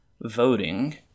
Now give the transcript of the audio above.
voting